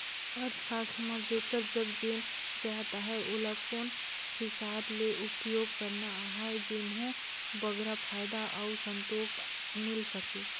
अर्थसास्त्र म जेकर जग जेन जाएत अहे ओला कोन हिसाब ले उपयोग करना अहे जेम्हो बगरा फयदा अउ संतोक मिल सके